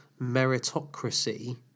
meritocracy